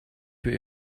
für